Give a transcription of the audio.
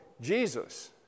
Jesus